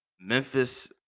Memphis